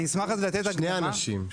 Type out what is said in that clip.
אני אשמח לתת הקדמה להסדר.